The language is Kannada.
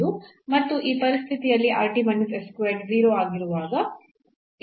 ಮತ್ತು ಈ ಪರಿಸ್ಥಿತಿಯಲ್ಲಿ 0 ಆಗಿರುವಾಗ ಇದು ವಿಫಲಗೊಳ್ಳುತ್ತದೆ